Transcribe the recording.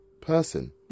person